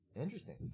Interesting